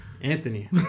Anthony